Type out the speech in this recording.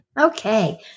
Okay